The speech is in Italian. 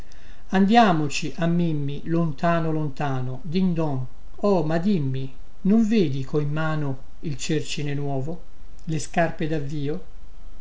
andiamoci a mimmi lontano lontano dan don oh ma dimmi non vedi chho in mano il cercine novo le scarpe davvio